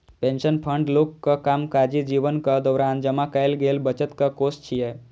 pension fund लोकक कामकाजी जीवनक दौरान जमा कैल गेल बचतक कोष छियै